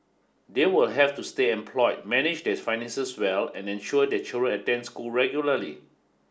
they will have to stay employed manage their finances well and ensure their children attend school regularly